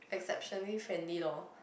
exceptionally friendly loh